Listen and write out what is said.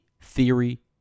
theory